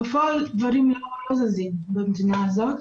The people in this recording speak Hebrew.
בפועל דברים לא זזים במדינה הזאת.